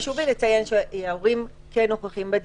חשוב לי לציין שההורים כן נוכחים בדיונים.